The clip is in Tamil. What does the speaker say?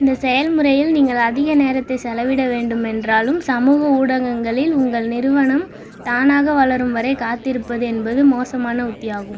இந்தச் செயல்முறையில் நீங்கள் அதிக நேரத்தைச் செலவிட வேண்டும் என்றாலும் சமூக ஊடகங்களில் உங்கள் நிறுவனம் தானாக வளரும் வரை காத்திருப்பது என்பது மோசமான உத்தியாகும்